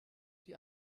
die